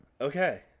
Okay